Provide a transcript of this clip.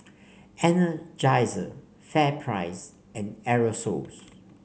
Energizer FairPrice and Aerosoles